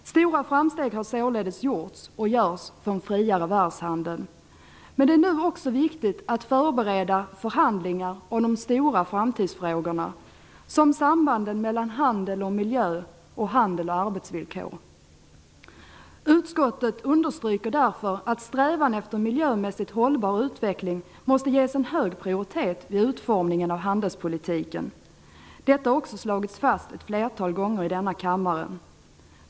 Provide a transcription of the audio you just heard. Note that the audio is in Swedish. Stora framsteg har således gjorts, och görs, för en friare världshandel. Det är nu också viktigt att förbereda förhandlingar om de stora framtidsfrågorna, som sambanden mellan handel och miljö och mellan handel och arbetsvillkor. Utskottet understryker därför att strävan efter en miljömässigt hållbar utveckling måste ges en hög prioritet vid utformningen av handelspolitiken. Detta har också slagits fast ett flertal gånger i denna kammare.